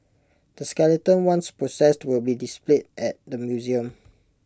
the skeleton once processed will be displayed at the museum